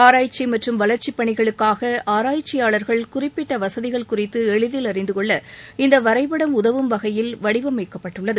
ஆராய்ச்சி மற்றும் வளர்ச்சிப் பணிகளுக்காக ஆராய்ச்சியாளர்கள் குறிப்பிட்ட வசதிகள் குறித்து எளிதில் அறிந்து கொள்ள இந்த வரைப்படம் உதவும் வகையில் வடிவமைக்கப்பட்டுள்ளது